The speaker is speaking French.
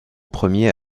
premier